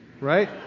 right